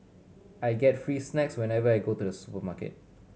I get free snacks whenever I go to the supermarket